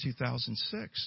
2006